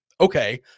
Okay